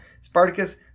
Spartacus